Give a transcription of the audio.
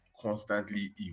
constantly